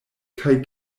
kaj